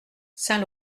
saint